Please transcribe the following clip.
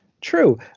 True